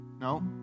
No